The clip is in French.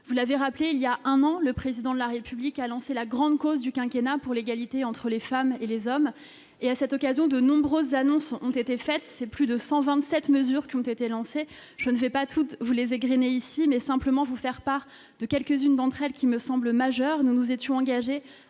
Vous l'avez rappelé, il y a un an, le Président de la République a déclaré grande cause du quinquennat l'égalité entre les femmes et les hommes. À cette occasion, de nombreuses annonces ont été faites et plus de 127 mesures ont été lancées. Je ne les égrènerai pas toutes ici ; je citerai simplement quelques-unes d'entre elles, celles qui me semblent majeures. Nous nous étions engagés